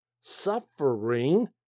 suffering